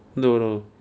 no no